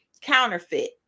counterfeit